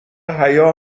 حیا